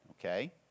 okay